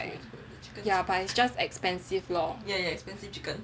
ya but it's just expensive lor